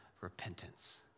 repentance